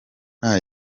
nta